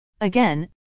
Again